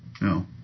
No